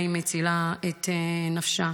או שמא היא מצילה את נפשה.